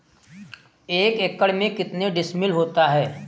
एक एकड़ में कितने डिसमिल होता है?